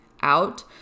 out